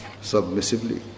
submissively